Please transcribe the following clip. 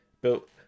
Built